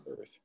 Earth